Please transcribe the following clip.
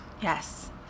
Yes